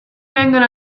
vengono